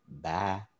Bye